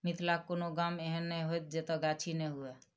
मिथिलाक कोनो गाम एहन नै होयत जतय गाछी नै हुए